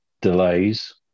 delays